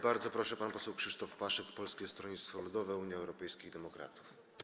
Bardzo proszę, pan poseł Krzysztof Paszyk, Polskie Stronnictwo Ludowe - Unia Europejskich Demokratów.